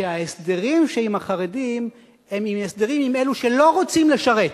שההסדרים עם החרדים הם הסדרים עם אלה שלא רוצים לשרת,